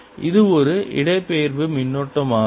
அது ஒரு இடப்பெயர்வு மின்னோட்டமாகும்